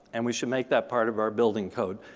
and we should make that part of our building code.